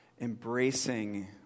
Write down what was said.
embracing